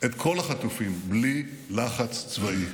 את כל החטופים בלי לחץ צבאי,